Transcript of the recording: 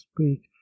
speak